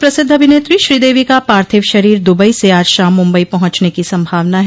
सुप्रसिद्ध अभिनेत्री श्रीदेवी का पार्थिव शरीर दुबई से आज देर रात मुंबई पहुंचने की संभावना है